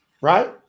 right